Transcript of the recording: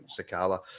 Sakala